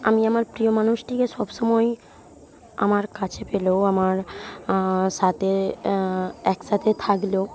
আমি আমার প্রিয় মানুষটিকে সব সময় আমার কাছে পেলেও আমার সাথে একসাথে থাকলেও